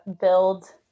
build